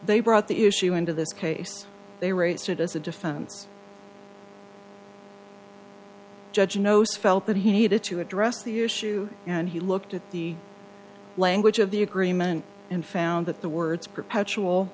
they brought the issue into this case they raised it as a defense judge knows felt that he needed to address the issue and he looked at the language of the agreement and found that the words perpetual